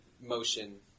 motion